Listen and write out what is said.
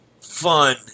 fun